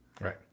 Right